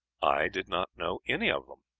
i did not know any of them.